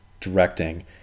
directing